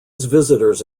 visitors